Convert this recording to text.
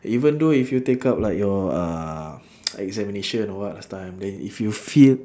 even though if you take up like your uh examination or what last time then if you feel